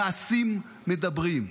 המעשים מדברים.